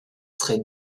trait